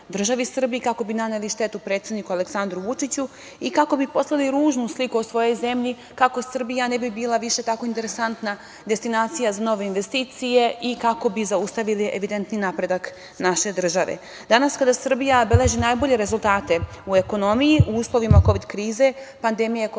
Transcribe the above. državi Srbiji, kako bi naneli štetu predsedniku Aleksandru Vučiću i kako bi poslali ružnu sliku o svojoj zemlji, kako Srbija ne bi bila više tako interesantna destinacija za nove investicije i kako bi zaustavili evidentni napredak naše države. Danas kada Srbija beleži najbolje rezultate u ekonomiji, u uslovima kovid krize, pandemije koja